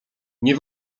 nie